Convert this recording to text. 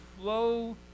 flow